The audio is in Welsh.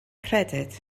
credyd